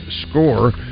score